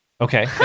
okay